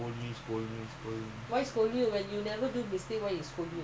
scold you for nothing is it mm